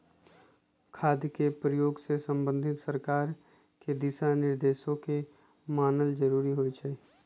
खाद के प्रयोग से संबंधित सरकार के दिशा निर्देशों के माननाइ जरूरी होइ छइ